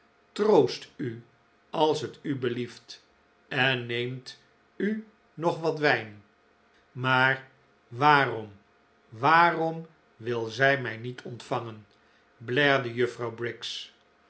troost u als het u belieft en neemt u nog wat wijn maar waarom waarom wil zij mij niet ontvangen blerde juffrouw briggs